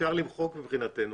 אפשר למחוק מבחינתנו,